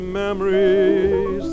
memories